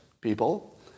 people